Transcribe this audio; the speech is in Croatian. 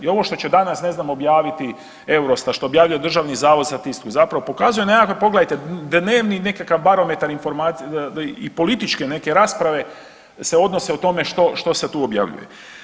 I ovo što će danas, ne znam objaviti EUROSTAT, što objavljuje Državni zavod za statistiku zapravo pokazuje nekakve gledajte dnevni nekakav barometar informacija i političke neke rasprave se odnose na tome što se tu objavljuje.